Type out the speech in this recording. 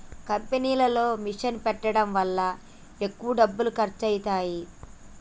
కంపెనీలో మిషన్ పెట్టడం వల్ల ఎక్కువ డబ్బులు ఖర్చు అవుతాయి